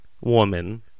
woman